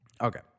Okay